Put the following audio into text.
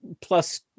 plus